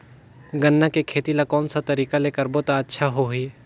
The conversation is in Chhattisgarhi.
गन्ना के खेती ला कोन सा तरीका ले करबो त अच्छा होही?